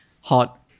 hot